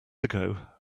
ago